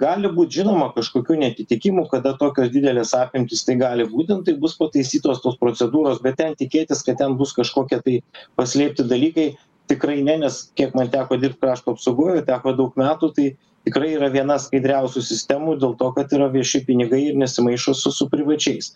gali būt žinoma kažkokių neatitikimų kada tokios didelės apimtys tai gali būti nu tai bus pataisytos tos procedūros bet ten tikėtis kad ten bus kažkokie tai paslėpti dalykai tikrai ne nes kiek man teko dirbt krašto apsaugoj o teko daug metų tai tikrai yra viena skaidriausių sistemų dėl to kad yra vieši pinigai ir nesimaišo su su privačiais